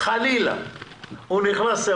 אותו צעיר